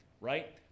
right